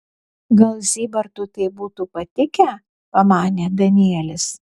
gal zybartui tai būtų patikę pamanė danielis